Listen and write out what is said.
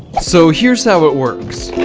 so here's how it works.